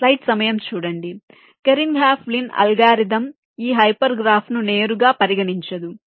కాబట్టి Kernighan Lin algorithm ఈ hyper గ్రాఫ్ను నేరుగా పరిగణించదు